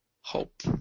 Hope